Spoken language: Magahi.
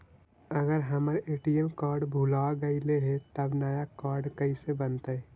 अगर हमर ए.टी.एम कार्ड भुला गैलै हे तब नया काड कइसे बनतै?